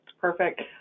Perfect